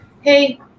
Hey